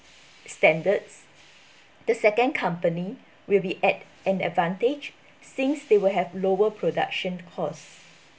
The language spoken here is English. standards the second company will be at an advantage since they will have lower production costs